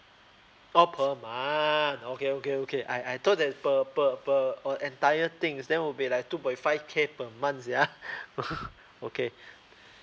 orh per month okay okay okay I I thought that per per per or entire thing is then will be like two point five K per month sia okay